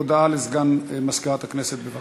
הודעה לסגן מזכירת הכנסת, בבקשה.